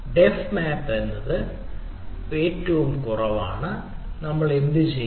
def map എന്നത് ഒന്ന് ഏറ്റവും കുറവാണ് നമ്മൾ എന്താണ് ചെയ്യുന്നത്